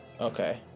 okay